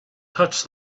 touched